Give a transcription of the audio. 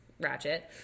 ratchet